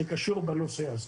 שקשורה בנושא הזה.